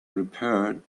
repaired